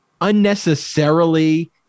unnecessarily